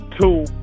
two